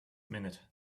minute